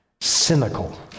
cynical